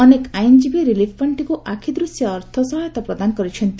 ଅନେକ ଆଇନଜୀବୀ ରିଲିଫ ପାଣ୍ଟିକୁ ଆଖିଦୃଶିଆ ଅର୍ଥ ସହାୟତା ପ୍ରଦାନ କରିଛନ୍ତି